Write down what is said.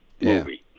movie